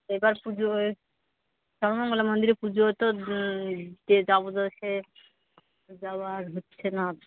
এইবার পুজোয় সর্বমঙ্গলা মন্দিরে পুজো তো দিতে যাবো তো সে যাওয়া আর হচ্ছে না